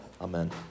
Amen